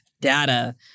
data